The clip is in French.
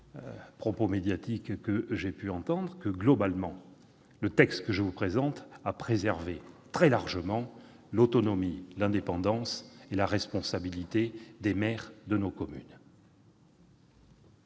propos médiatiques que j'ai pu entendre, le texte que je vous présente préserve très largement l'autonomie, l'indépendance et la responsabilité des maires. Dans cette